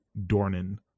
Dornan